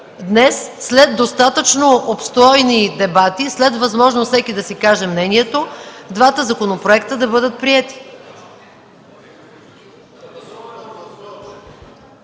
Днес, след достатъчно обстойни дебати, след възможност всеки да си каже мнението, двата законопроекта да бъдат приети.